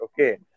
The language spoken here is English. okay